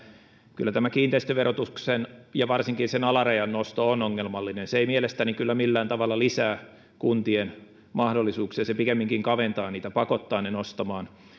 kyllä tämä kiinteistöverotuksen ja varsinkin sen alarajan nosto on ongelmallinen se ei mielestäni kyllä millään tavalla lisää kuntien mahdollisuuksia se pikemminkin kaventaa niitä ja pakottaa ne nostamaan